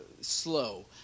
slow